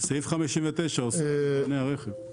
סעיף 59 עוסק במבנה הרכב.